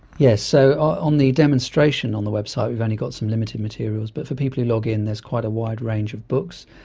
yes. so on the demonstration on the website we've only got some limited materials, but for people who log in there's quite a wide range of books.